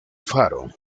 faro